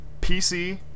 pc